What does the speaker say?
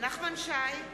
נחמן שי,